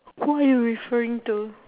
who are you referring to